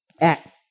Acts